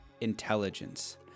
intelligence